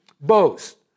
boast